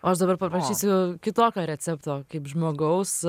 o aš dabar paprašysiu kitokio recepto kaip žmogaus